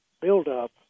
buildup